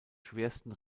schwersten